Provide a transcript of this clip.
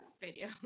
video